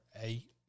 eight